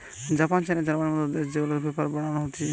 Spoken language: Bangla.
জাপান, চায়না, জার্মানির মত দেশ গুলাতে পেপার বানানো হতিছে